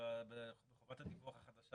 לגבי חובת הדיווח החדשה